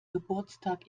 geburtstag